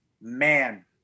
man